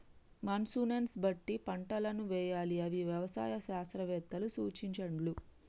monsoon బట్టి పంటలను వేయాలి అని వ్యవసాయ శాస్త్రవేత్తలు సూచించాండ్లు